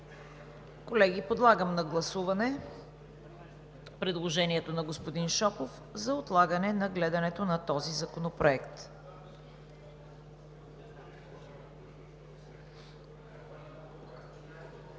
Колеги, подлагам на гласуване предложението на господин Шопов за отлагане на гледането на този законопроект.